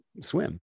swim